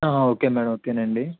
okay madam okay నండి